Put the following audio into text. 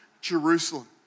Jerusalem